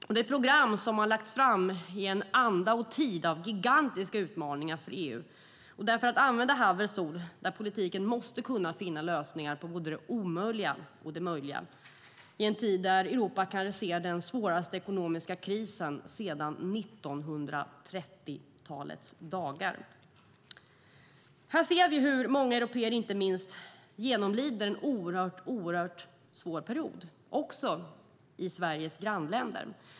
Det är ett program som har lagts fram i en anda och en tid av gigantiska utmaningar för EU och där, för att använda Havels ord, politiken måste kunna finna lösningar på både det omöjliga och det möjliga. Det är en tid där Europa kanske ser den svåraste ekonomiska krisen sedan 1930-talets dagar. Här ser vi hur många européer inte minst genomlider en oerhört svår period, också i Sveriges grannländer.